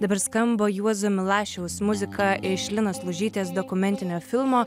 dabar skamba juozo milašiaus muzika iš linos lužytės dokumentinio filmo